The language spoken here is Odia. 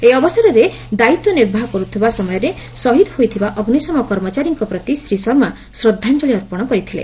ଏହି ଅବସରରେ ଦାୟିତ୍ ନିର୍ବାହ କରୁଥିବା ସମୟରେ ଶହୀଦ ହୋଇଥିବା ଅଗ୍ନିଶମ କର୍ମଚାରୀଙ୍କ ପ୍ରତି ଶ୍ରୀ ଶର୍ମା ଶ୍ରଦ୍ଧାଞ୍ଚଳି ଅର୍ପଶ କରିଥିଲେ